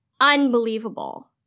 unbelievable